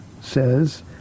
says